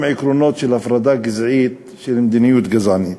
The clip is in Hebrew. עקרונות של הפרדה גזעית של מדיניות גזענית.